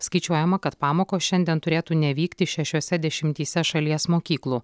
skaičiuojama kad pamokos šiandien turėtų nevykti šešiose dešimtyse šalies mokyklų